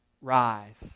rise